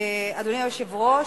אדוני היושב-ראש,